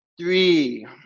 three